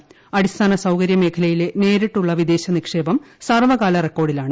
വളർച്ച അടിസ്ഥാനസൌകര്യ മേഖലയിലെ നേരിട്ടുള്ള വിദേശ നിക്ഷേപം സർവ്വകാല റിക്കോർഡിലാണ്